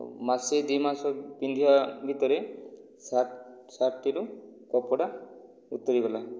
ମାସେ ଦୁଇମାସ ପିନ୍ଧିବା ଭିତରେ ସାର୍ଟ ସାର୍ଟ ଟିର କପଡ଼ା ଉତୁରି ଗଲା